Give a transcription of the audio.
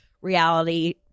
reality